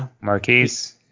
Marquise